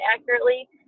accurately